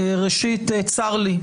ראשית צר לי,